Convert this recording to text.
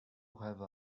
have